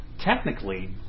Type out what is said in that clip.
technically